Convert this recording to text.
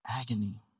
Agony